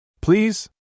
Please